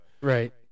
Right